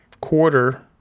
quarter